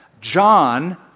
John